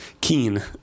keen